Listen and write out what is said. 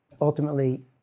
ultimately